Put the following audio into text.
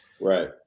Right